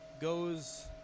goes